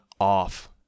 off